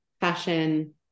fashion